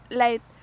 light